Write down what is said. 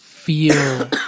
feel